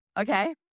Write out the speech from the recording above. Okay